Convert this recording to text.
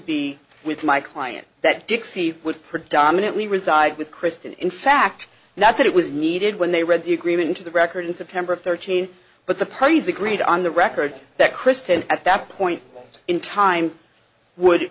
be with my client that dixie would predominantly reside with kristen in fact not that it was needed when they read the agreement to the record in september of thirteen but the parties agreed on the record that kristen at that point in time would